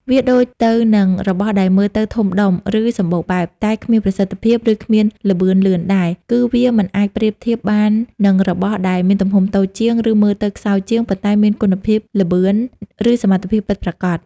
វាដូចទៅនឹង របស់ដែលមើលទៅធំដុំ ឬសម្បូរបែប តែគ្មានប្រសិទ្ធភាព ឬគ្មានល្បឿនលឿនដែរ គឺវាមិនអាចប្រៀបធៀបបាននឹងរបស់ដែលមានទំហំតូចជាង ឬមើលទៅខ្សោយជាង ប៉ុន្តែមានគុណភាព ល្បឿន ឬសមត្ថភាពពិតប្រាកដ។